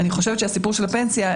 אני חושבת שהסיפור של הפנסיה,